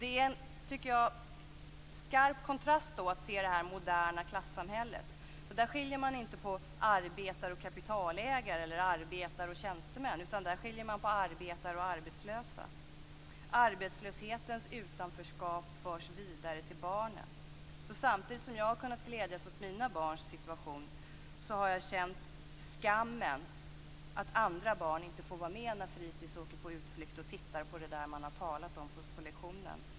Det är en skarp kontrast att se det moderna klassamhället. Där skiljer man inte på arbetare och kapitalägare eller arbetare och tjänstemän, utan där skiljer man på arbetare och arbetslösa. Arbetslöshetens utanförskap förs vidare till barnen. Samtidigt som jag har kunnat glädjas åt mina barns situation har jag känt skammen att andra barn inte får vara med när fritis åker på utflykt och tittar på det man har talat om på lektionen.